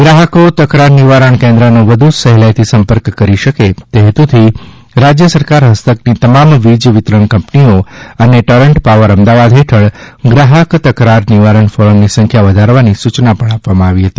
ગ્રાહકો તકરાર નિવારણ કેન્દ્રનો વધુ સહેલાઇથી સંપર્ક કરી શકે તે હેતુથી રાજ્ય સરકાર હસ્તકની તમામ વીજ વિતરણ કંપનીઓ અને ટોરન્ટ પાવરઅમદાવાદ હેઠળ ગ્રાહક તકરાર નિવારણ ફોરમની સંખ્યા વધારવાની સૂચના આપવામાં આવી છે